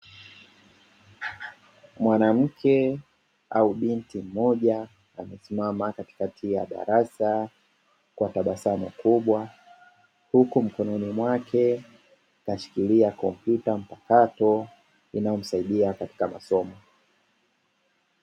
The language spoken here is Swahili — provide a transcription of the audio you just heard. Mwanamke au binti mmoja amesimama katikati ya darasa kwa tabasamu kubwa, huku mkononi mwake nashikilia kompyuta mpakato inayomsaidia katika masomo.